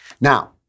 Now